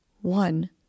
One